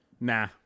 Nah